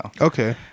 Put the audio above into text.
Okay